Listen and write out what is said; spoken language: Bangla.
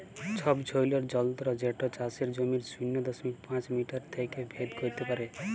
ছবছৈলর যলত্র যেট চাষের জমির শূন্য দশমিক পাঁচ মিটার থ্যাইকে ভেদ ক্যইরতে পারে